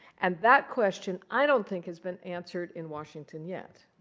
and that question, i don't think, has been answered in washington yet,